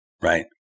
right